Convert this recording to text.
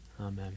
amen